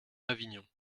avignon